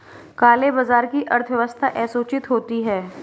काले बाजार की अर्थव्यवस्था असूचित होती है